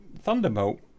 Thunderbolt